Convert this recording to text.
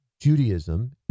Judaism